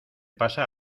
pasa